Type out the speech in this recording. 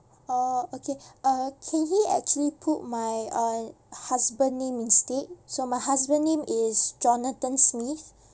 orh okay uh can he actually put my uh husband name instead so my husband name is jonathan smith